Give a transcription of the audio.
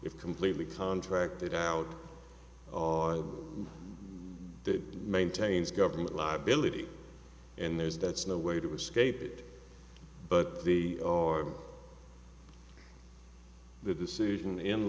if completely contracted out that maintains government liability and there's that's no way to escape it but the or the decision in